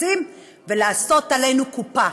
בכיסים ולעשות עלינו קופה.